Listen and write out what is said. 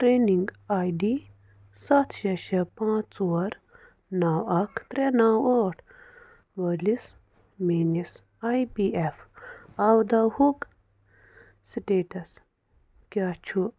training I D سَتھ شےٚ شےٚ پانٛژھ ژور نَو اَکھ ترٛےٚ نَو ٲٹھ وٲلِس میٛٲنِس آئی پی ایف اَو دَوہُک سِٹیٹس کیٛاہ چھُ